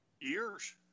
years